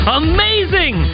amazing